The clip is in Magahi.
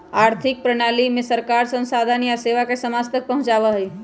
आर्थिक प्रणाली में सरकार संसाधन या सेवा के समाज तक पहुंचावा हई